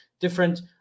different